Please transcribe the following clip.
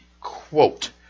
quote